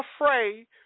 afraid